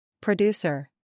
Producer